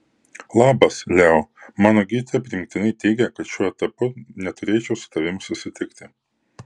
labas leo mano gydytoja primygtinai teigia kad šiuo etapu neturėčiau su tavimi susitikti